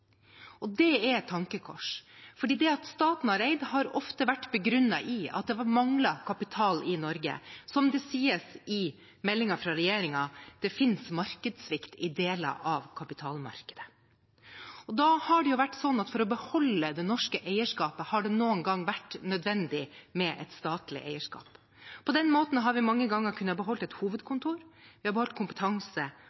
et tankekors, for det at staten har eid, har ofte vært begrunnet i at det manglet kapital i Norge. Som det sies i meldingen fra regjeringen, finnes det «markedssvikt i deler av kapitalmarkedet». Da har det, for å beholde det norske eierskapet, noen ganger vært nødvendig med et statlig eierskap. På den måten har vi mange ganger kunnet beholde et